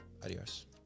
Adiós